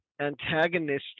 antagonistic